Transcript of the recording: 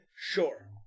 Sure